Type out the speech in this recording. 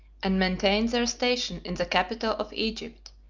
and maintained their station in the capital of egypt,